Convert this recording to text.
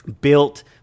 built